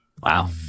Wow